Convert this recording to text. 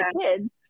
kids